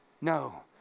No